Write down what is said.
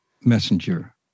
messenger